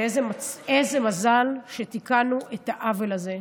ואיזה מזל שתיקנו את העוול הזה.